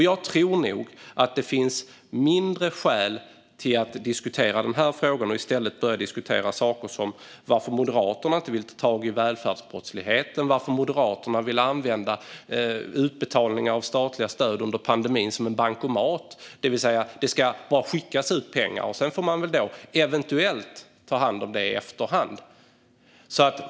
Jag tror nog att det finns mindre skäl att diskutera dessa frågor och i stället börja diskutera saker som varför Moderaterna inte vill ta tag i välfärdsbrottsligheten och varför Moderaterna vill använda utbetalningar av statliga stöd under pandemin som en bankomat, det vill säga att det bara ska skickas ut pengar. Sedan får man eventuellt ta hand om det i efterhand.